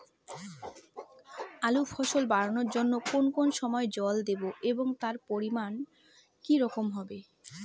আলুর ফলন বাড়ানোর জন্য কোন কোন সময় জল দেব এবং তার পরিমান কি রকম হবে?